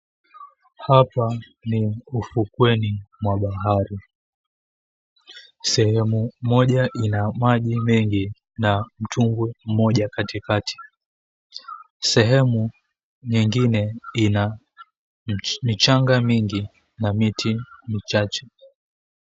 Hapa ni ufukweni mwa bahari. Sehemu moja ina maji mengi na mtumbwi mmoja katikati. Sehemu nyingine ina michanga mingi na miti michache.